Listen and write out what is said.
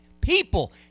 People